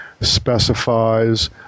specifies